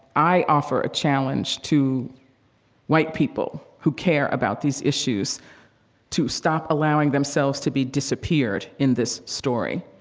i offer a challenge to white people who care about these issues to stop allowing themselves to be disappeared in this story.